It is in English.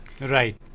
Right